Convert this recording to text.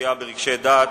פגיעה ברגשי דת),